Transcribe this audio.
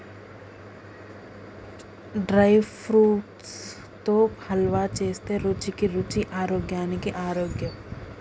dry fruits తో హల్వా చేస్తే రుచికి రుచి ఆరోగ్యానికి ఆరోగ్యం